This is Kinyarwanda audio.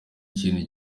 ikintu